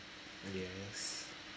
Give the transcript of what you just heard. yes